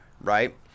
right